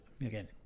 again